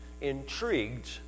intrigued